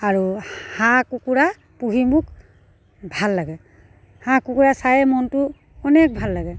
আৰু হাঁহ কুকুৰা পুহি মোক ভাল লাগে হাঁহ কুকুৰা চায়ে মনটো অনেক ভাল লাগে